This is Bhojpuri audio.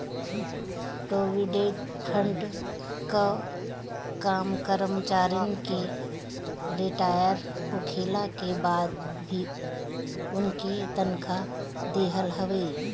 प्रोविडेट फंड कअ काम करमचारिन के रिटायर होखला के बाद भी उनके तनखा देहल हवे